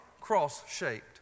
cross-shaped